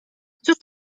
cóż